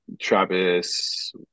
Travis